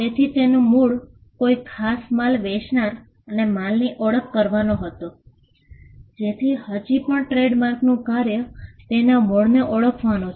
તેથી તેનું મૂળ કોઈ ખાસ માલ વેચનાર સાથે માલની ઓળખ કરવાનો હતો જેથી હજી પણ ટ્રેડમાર્કનું કાર્ય તેના મૂળને ઓળખવાનું છે